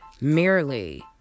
merely